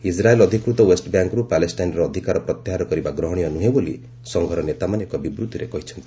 ଇଚ୍ରାଏଲ୍ ଅଧିକୃତ ୱେଷବ୍ୟାଙ୍କ୍ରୁ ପାଲେଷ୍ଟାଇନ୍ର ଅଧିକାର ପ୍ରତ୍ୟାହାର କରିବା ଗ୍ରହଣୀୟ ନୁହେଁ ବୋଲି ସଂଘର ନେତାମାନେ ଏକ ବିବ୍ତିରେ କହିଛନ୍ତି